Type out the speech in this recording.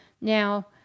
Now